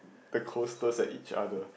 the coasters at each other